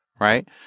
right